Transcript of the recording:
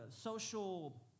social